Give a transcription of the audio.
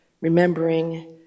remembering